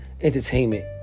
entertainment